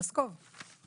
לסקוב.